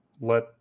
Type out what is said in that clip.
let